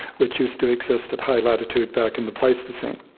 which used to exist at high latitudes back in the pleistocene.